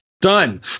Done